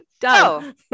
Done